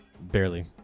Barely